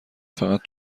فقط